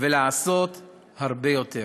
ולעשות הרבה יותר.